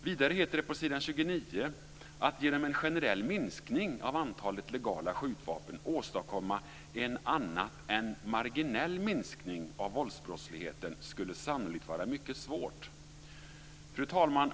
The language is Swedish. Vidare heter det på s. 29 att "genom en generell minskning av antalet legala skjutvapen åstadkomma en annat än marginell minskning av våldsbrottsligheten skulle sannolikt vara mycket svårt". Fru talman!